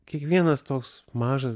kiekvienas toks mažas